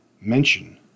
mention